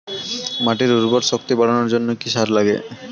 মাটির উর্বর শক্তি বাড়ানোর জন্য কি কি সার লাগে?